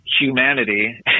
humanity